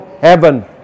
heaven